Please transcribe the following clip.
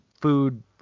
food